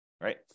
right